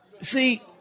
See